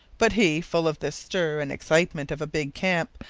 but he, full of the stir and excitement of a big camp,